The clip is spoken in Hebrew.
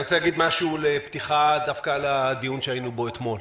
אני רוצה לומר משהו בפתיחה לדיון שהיה לנו דווקא אתמול.